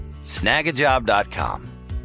snagajob.com